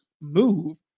move